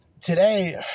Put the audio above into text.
today